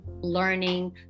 learning